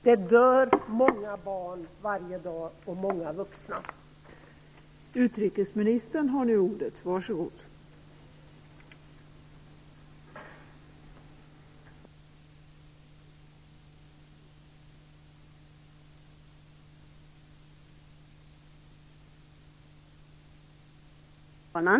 Det dör många barn och vuxna varje dag.